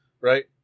right